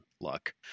luck